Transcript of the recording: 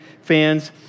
fans